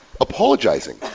apologizing